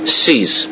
sees